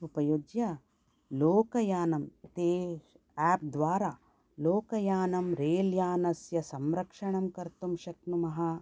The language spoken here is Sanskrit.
उपयुज्य लोकयानं ते आप् द्वारा लोकयानं रेल् यानस्य संरक्षणं कर्तुं शक्नुमः